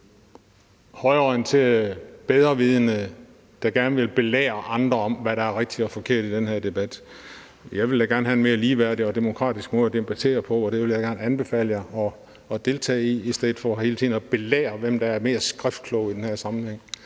højreorienterede bedrevidende, der gerne vil belære andre om, hvad der er rigtigt og forkert i den her debat. Jeg vil da gerne have en mere ligeværdig og demokratisk måde at debattere på, og det vil jeg gerne anbefale jer at deltage i, i stedet for hele tiden at belære om, hvem der er mest skriftklog i den her sammenhæng.